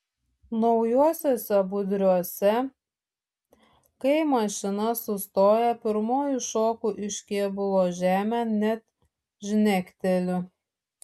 naujuosiuose budriuose kai mašina sustoja pirmoji šoku iš kėbulo žemėn net žnekteliu